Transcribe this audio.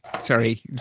Sorry